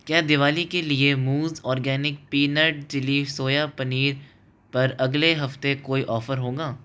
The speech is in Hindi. क्या दिवाली के लिए मूज़ organic peanut chilli soya paneer पर अगले हफ्ते कोई ऑफर होगा